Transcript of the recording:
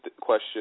question